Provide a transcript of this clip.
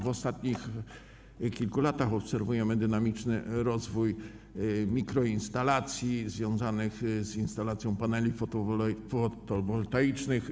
W ostatnich kilku latach obserwujemy dynamiczny rozwój mikroinstalacji związanych z instalacją paneli fotowoltaicznych.